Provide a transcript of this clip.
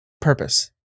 purpose